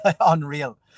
unreal